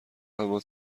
اما